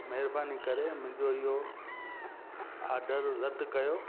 महिरबानी करे मुंहिंजो इहो आडर रदि कयो